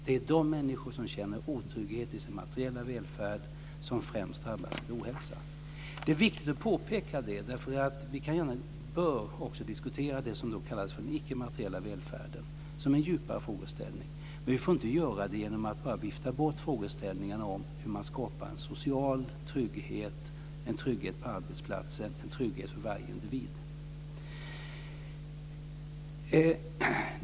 Det är de människor som känner otrygghet i sin materiella välfärd som främst drabbas av ohälsa. Det är viktigt att framhålla det. Vi bör också diskutera det som kallas den icke materiella välfärden, som en djupare frågeställning, men vi får inte bara vifta bort angelägenheten av att skapa en social trygghet, en trygghet på arbetsplatsen och en trygghet för varje individ.